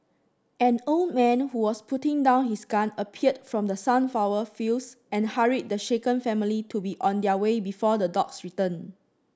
an old man who was putting down his gun appeared from the sunflower fields and hurried the shaken family to be on their way before the dogs return